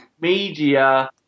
media